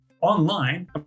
online